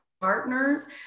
partners